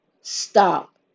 stop